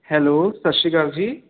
hello ਸਤਿ ਸ਼੍ਰੀ ਅਕਾਲ ਜੀ